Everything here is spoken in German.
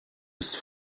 ist